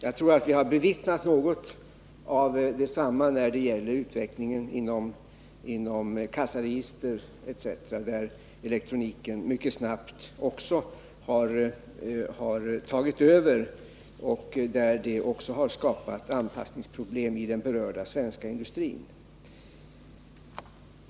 Vi har väl bevittnat något av detsamma när det gäller utvecklingen inom kassaregister etc., där elektroniken mycket snabbt har tagit över, vilket också har skapat anpassningsproblem i den berörda svenska industrin.